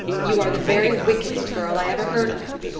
you are the very wickedest girl i ever heard of.